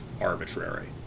arbitrary